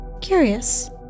Curious